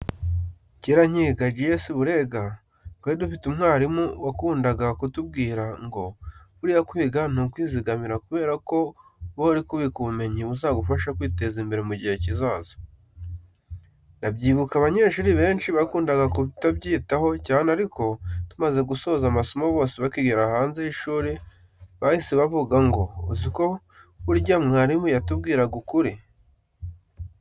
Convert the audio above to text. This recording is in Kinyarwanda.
Kera nkiga G.S Burega twari dufite umwarimu wakundaga kutubwira ngo buriya kwiga ni ukwizigamira kubera ko uba uri kubika ubumenyi buzagufasha kwiteza imbere mu gihe kizaza. Ndabyibuka abanyeshuri benshi bakundaga kutabyitaho cyane ariko tumaze gusoza amasomo bose bakigera hanze y'ishuri bahise bavuga ngo uziko burya mwarimu yatubwiraga ukuri.